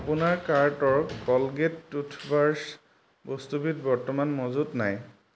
আপোনাৰ কাৰ্টৰ Colgate toothbrush বস্তুবিধ বৰ্তমান মজুত নাই